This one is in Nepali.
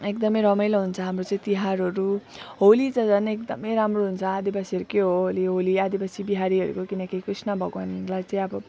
एकदम रमाइलो हुन्छ हाम्रो चाहिँ तिहारहरू होली त झन् एकदम राम्रो हुन्छ आदिवासीहरूकै हो होली होली आदिवासी बिहारीहरूको किनकि किनकि कृष्ण भगवान्लाई चाहिँ अब